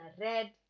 red